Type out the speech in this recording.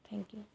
thank you